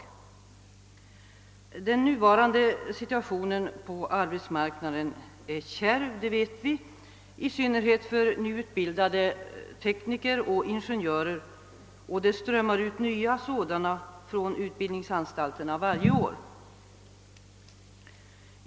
Vi vet att den nuvarande situationen på arbetsmarknaden är kärv i synnerhet för utbildade tekniker och ingenjörer, och varje år strömmar nya sådana ut från utbildningsanstalterna.